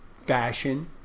fashion